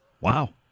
Wow